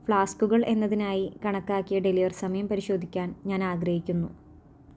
ഫ്ലാസ്കുകൾ എന്നതിനായി കണക്കാക്കിയ ഡെലിവർ സമയം പരിശോധിക്കാൻ ഞാൻ ആഗ്രഹിക്കുന്നു